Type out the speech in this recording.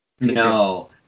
No